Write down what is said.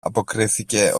αποκρίθηκε